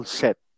set